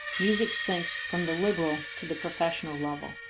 music sinks from the liberal to the professional level.